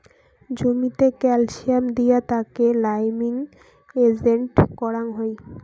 জমিতে ক্যালসিয়াম দিয়া তাকে লাইমিং এজেন্ট করাং হই